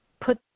put